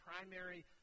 primary